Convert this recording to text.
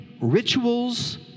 rituals